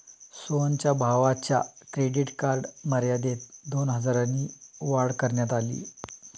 सोहनच्या भावाच्या credit card मर्यादेत दोन हजारांनी वाढ करण्यात आली